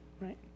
right